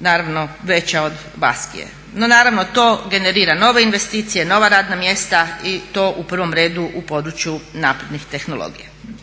naravno veća od Baskije. No naravno to generira nove investicije, nova radna mjesta i to u prvom redu u području naprednih tehnologija.